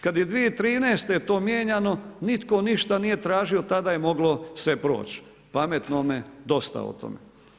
Kad je 2013. to mijenjano, nitko ništa nije tražio, tada se moglo proć, pametnome dosta o tome.